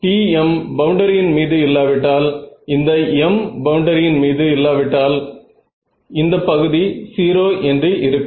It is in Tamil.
Tm பவுண்டரியின் மீது இல்லா விட்டால் இந்த m பவுண்டரியின் மீது இல்லா விட்டால் இந்த பகுதி 0 என்று இருக்கும்